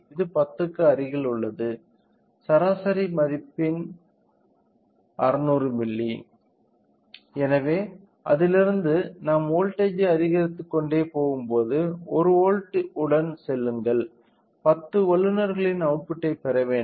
இது 10 க்கு அருகில் உள்ளது சராசரி மதிப்பின் 600 எனவே அதிலிருந்து நாம் வோல்ட்டேஜ் ஐ அதிகரித்துக்கொண்டே போகும் போது 1 வோல்ட் உடன் செல்லுங்கள் 10 வழங்குநர்களின் அவுட்புட்டைப் பெற வேண்டும்